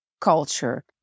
culture